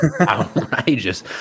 outrageous